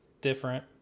different